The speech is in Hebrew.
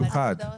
מיוחד.